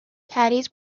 caddies